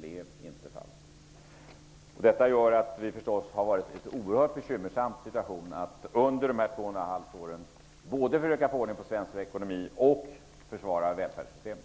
blev inte fallet. Detta gör att vi förstås har haft det oerhört bekymmersamt med att under dessa två och ett halvt år både försöka få ordning på svensk ekonomi och försvara välfärdssystemen.